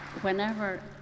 Whenever